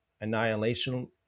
annihilation